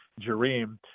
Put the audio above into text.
Jareem